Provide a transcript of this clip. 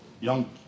young